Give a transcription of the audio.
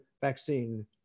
vaccine